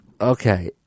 Okay